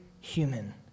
human